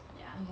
ya